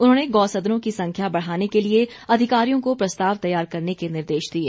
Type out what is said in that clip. उन्होंने गौ सदनों की संख्या बढ़ाने के लिए अधिकारियों को प्रस्ताव तैयार करने के निर्देश दिए